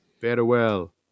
Farewell